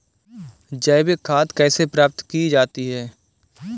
जैविक खाद कैसे प्राप्त की जाती है?